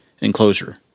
enclosure